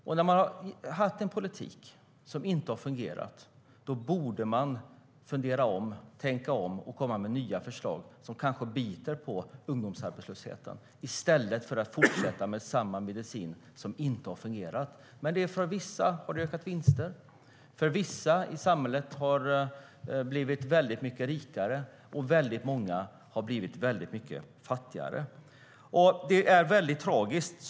När man har haft en politik som inte har fungerat borde man fundera, tänka om och komma med nya förslag som kanske biter på ungdomsarbetslösheten i stället för att fortsätta med samma medicin - som inte har fungerat. För vissa har den dock ökat vinsten. Vissa i samhället har nämligen blivit väldigt mycket rikare, och många har blivit väldigt mycket fattigare. Det är mycket tragiskt.